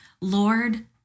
Lord